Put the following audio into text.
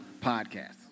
Podcast